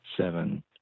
seven